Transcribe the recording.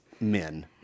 men